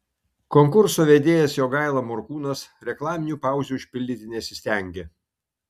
konkurso vedėjas jogaila morkūnas reklaminių pauzių užpildyti nesistengė